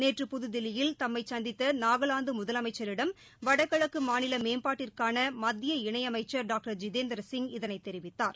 நேற்று புததில்லியில் தம்மை சந்தித்த நாகலாந்து முதலமைச்சிடம் வடகிழக்கு மாநில மேம்பாட்டிற்கான மத்திய இணை அமைச்சள் டாக்டர் ஜிதேந்திரசிங் இதனைத் தெரிவித்தார்